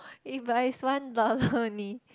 eh but is one dollar only